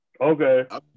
Okay